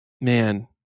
man